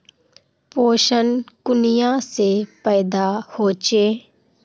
पोषण कुनियाँ से पैदा होचे?